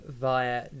via